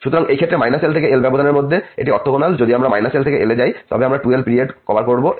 সুতরাং এই ক্ষেত্রে এই l থেকে l ব্যবধান এর মধ্যে এটি অরথগোনাল যদি আমরা l থেকে l যায় তবে আমরা 2l পিরিয়ড কভার করবো